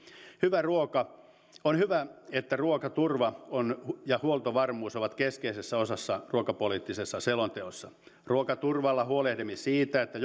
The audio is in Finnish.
on hyvä että ruokaturva ja huoltovarmuus ovat keskeisessä osassa ruokapoliittisessa selonteossa ruokaturvalla huolehdimme siitä että